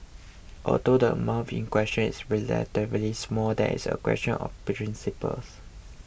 although the amount in question is relatively small there is a question of principle